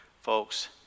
Folks